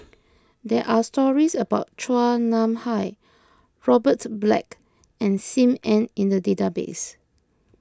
there are stories about Chua Nam Hai Robert Black and Sim Ann in the database